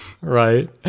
Right